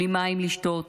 בלי מים לשתות